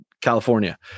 California